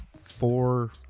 four